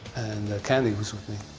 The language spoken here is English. and candice was with me.